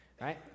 Right